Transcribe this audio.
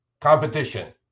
competition